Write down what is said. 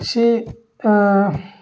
ꯁꯤ